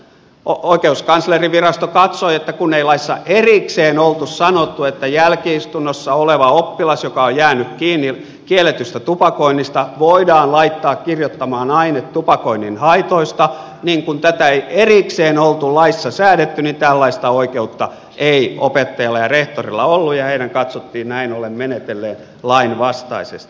oikeuskanslerinvirasto katsoi että kun ei laissa erikseen ollut sanottu että jälki istunnossa oleva oppilas joka on jäänyt kiinni kielletystä tupakoinnista voidaan laittaa kirjoittamaan aine tupakoinnin haitoista kun tätä ei erikseen ollut laissa säädetty niin tällaista oikeutta ei opettajalla ja rehtorilla ollut ja heidän katsottiin näin ollen menetelleen lainvastaisesti